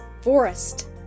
forest